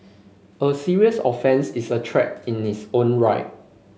a serious offence is a threat in its own right